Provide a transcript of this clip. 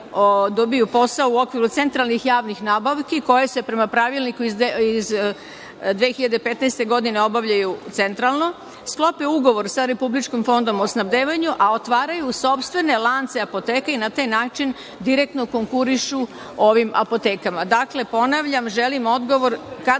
dobiju posao u okviru centralnih javnih nabavki, koje se prema pravilniku iz 2015. godine obavljaju centralno, sklope ugovor sa Republičkim fondom o snabdevanju, a otvaraju sopstvene lance apoteka i na taj način direktno konkurišu ovim apotekama. Ponavljam,